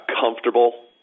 comfortable